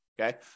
Okay